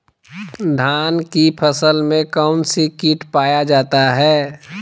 धान की फसल में कौन सी किट पाया जाता है?